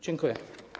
Dziękuję.